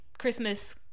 Christmas